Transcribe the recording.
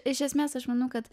iš esmės aš manau kad